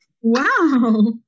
Wow